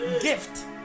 gift